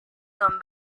don